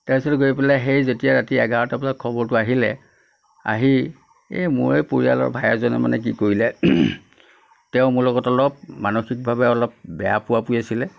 তাৰপিছত গৈ পেলাই সেই যেতিয়া ৰাতি এঘাৰটা বাজাত খবৰটো আহিলে আহি এই মোৰে পৰিয়ালৰ ভাই এজনে মানে কি কৰিলে তেওঁ মোৰ লগত অলপ মানসিকভাৱে অলপ বেয়া পুৰাপূই আছিলে